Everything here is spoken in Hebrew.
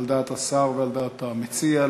על דעת השר ועל דעת המציע,